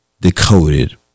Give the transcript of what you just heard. decoded